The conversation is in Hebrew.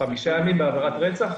חמישה ימים בעבירת רצח?